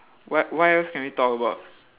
what what else can we talk about